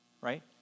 right